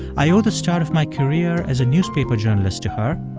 i owe the start of my career as a newspaper journalist to her.